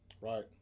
Right